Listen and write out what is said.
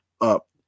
up